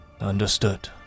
Understood